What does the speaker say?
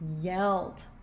yelled